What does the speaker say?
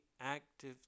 active